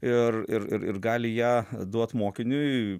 ir ir ir ir gali ją duot mokiniui